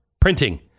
printing